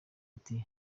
ati